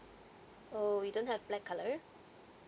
oh you don't have black color